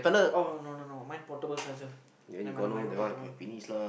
oh no no no mine portable charger never mind never mind got portable